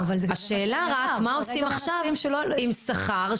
השאלה מה עושים עכשיו עם שכר.